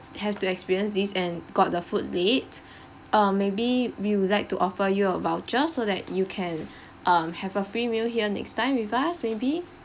have to experience this and got the food late uh maybe we would like to offer you a voucher so that you can um have a free meal here next time with us maybe